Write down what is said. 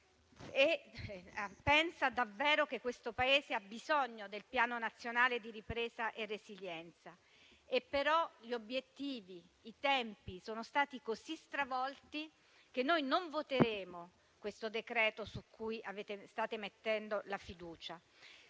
e penso davvero che questo Paese abbia bisogno del Piano nazionale di ripresa e resilienza, ma gli obiettivi e i tempi sono stati così stravolti che non voteremo questo decreto su cui state ponendo la fiducia.